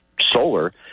solar